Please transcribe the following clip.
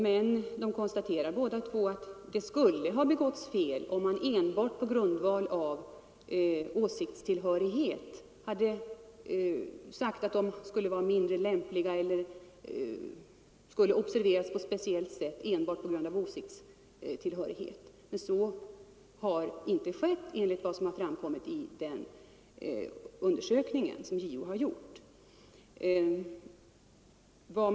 Båda konstaterar emellertid att det skulle ha begåtts fel, om lärarutbildarna hade sagt att lärarkandidaterna skulle vara mindre lämpliga eller borde observeras på speciellt sätt enbart på grund av åsiktstillhörighet. Så har inte skett, enligt vad som framkommit vid den undersökning som JO har gjort.